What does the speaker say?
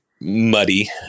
muddy